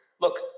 Look